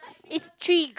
it's three